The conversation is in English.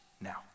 now